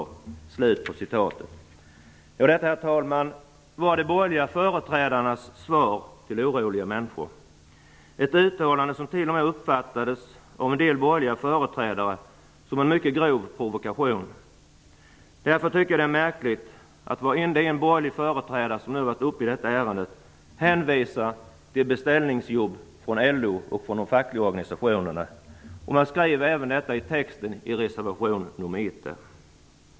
Detta, herr talman, var de borgerliga företrädarnas svar till oroliga människor. Ett uttalande som till och med uppfattades av en del borgerliga företrädare som en mycket grov provokation. Därför tycker jag att det är märkligt att varje borgerlig företrädare som har varit uppe i detta ärende hänvisar till beställningsjobb från LO och de fackliga organisationerna. Man skriver även detta i texten i reservation nr 1.